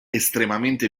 estremamente